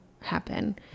happen